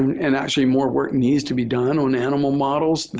and actually more work needs to be done on animal models.